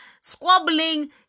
squabbling